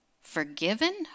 forgiven